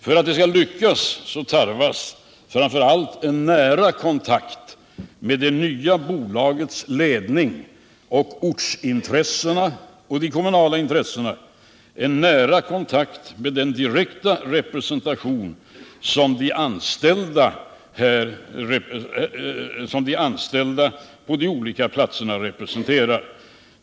Föratt detta skall lyckas tarvas det framför allt en nära kontakt mellan det nya bolagets ledning, ortsintressena och de kommunala intressena samt en direkt representation för de anställda på de olika platserna.